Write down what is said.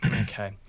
Okay